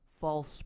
false